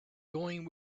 going